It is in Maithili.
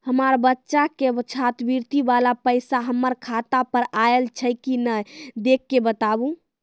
हमार बच्चा के छात्रवृत्ति वाला पैसा हमर खाता पर आयल छै कि नैय देख के बताबू?